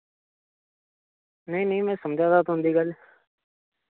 नेईं नेईं मैं समझा दा तुं'दी गल्ल